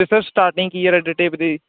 ਅਤੇ sir starting ਕੀ ਆ ਰੈਡ ਟੇਪ ਦੀ